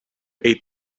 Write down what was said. eight